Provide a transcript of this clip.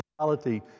reality